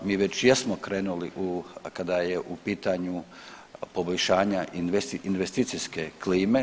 Mi već jesmo krenuli u, kada je u pitanju poboljšanja investicijske klime.